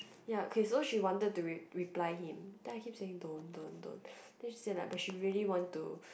ya okay so she wanted to re~ reply him then I keep saying don't don't don't then she say like but she really want to